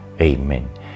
Amen